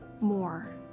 more